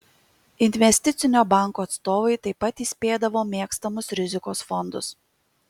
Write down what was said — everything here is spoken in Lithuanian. investicinio banko atstovai taip pat įspėdavo mėgstamus rizikos fondus